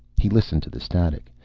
he listened to the static.